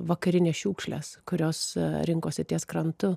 vakarinės šiukšlės kurios rinkosi ties krantu